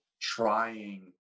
trying